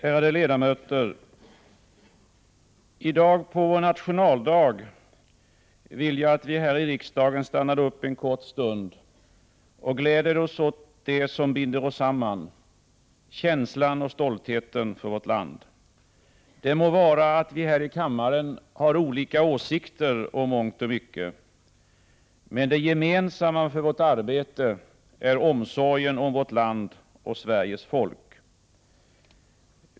Ärade ledamöter! I dag på vår nationaldag vill jag att vi här i riksdagen stannar upp en kort stund och gläder oss åt det som binder oss samman — känslan och stoltheten för vårt land. Det må vara att vi här i kammaren har olika åsikter om mångt och mycket. Men det gemensamma för vårt arbete är omsorgen om vårt land och Sveriges folk.